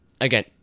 Again